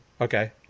okay